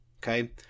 Okay